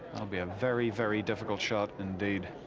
i'll be a very, very difficult shot indeed.